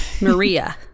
Maria